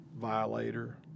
violator